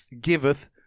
giveth